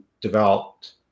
developed